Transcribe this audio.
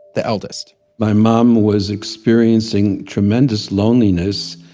the eldest my mom was experiencing tremendous loneliness.